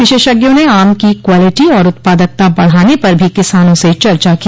विशेषज्ञों ने आम की क्वालिटी और उत्पादकता बढ़ाने पर भी किसानों से चर्चा की